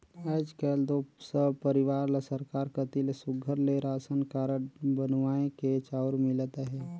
आएज काएल दो सब परिवार ल सरकार कती ले सुग्घर ले रासन कारड बनुवाए के चाँउर मिलत अहे